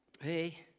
Hey